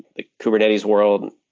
the kubernetes world,